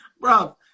bro